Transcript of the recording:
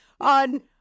on